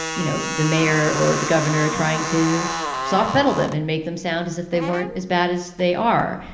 you know, the mayor or the governor trying to soft pedal them and make them sound as if they weren't as bad as they are.